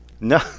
No